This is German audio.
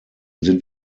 sind